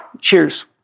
Cheers